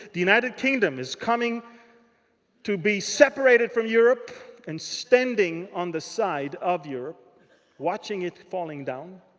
the united kingdom is coming to be separated from europe. and standing on the side of europe watching it falling down.